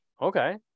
Okay